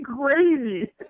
crazy